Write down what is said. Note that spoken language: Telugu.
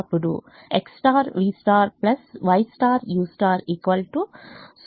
అప్పుడు X V Y U 0